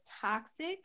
toxic